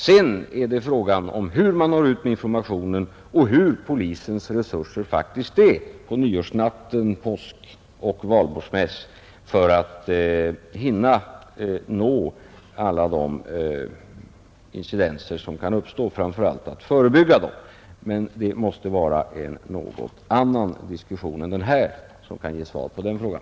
Sedan är det fråga om hur man når ut med informationen och vilka resurser polisen faktiskt har på nyårsnatten, vid påsk och vid valborgsmäss när det gäller att hinna uppmärksamma alla de incidenter som kan uppstå och framför allt att förebygga dem. Men det måste vara en annan diskussion än den här som kan ge svar på den frågan.